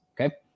Okay